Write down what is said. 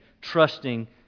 trusting